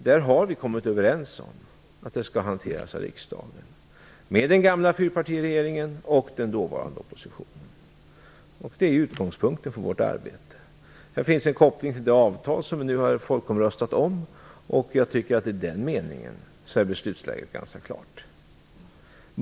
Den tidigare fyrpartiregeringen och den dåvarande oppositionen har kommit överens om att den frågan skall hanteras av riksdagen. Det är utgångspunkten för vårt arbete. Det finns en koppling till det avtal som vi nu har folkomröstat om. I den meningen är beslutsläget ganska klart.